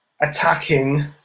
attacking